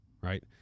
right